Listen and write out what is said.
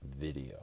video